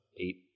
eight